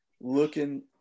looking